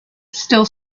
still